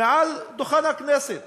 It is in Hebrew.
מעל דוכן הכנסת,